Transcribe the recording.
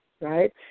right